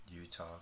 Utah